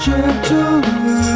Gentle